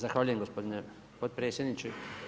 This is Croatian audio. Zahvaljujem gospodine potpredsjedniče.